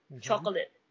chocolate